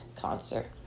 concert